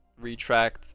retract